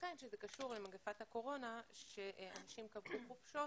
ויתכן שזה קשור למגפת הקורונה כאשר אנשים קבעו חופשות